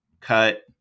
cut